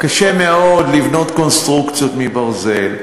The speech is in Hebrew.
גם קשה מאוד לבנות קונסטרוקציות מברזל.